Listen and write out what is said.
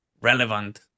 relevant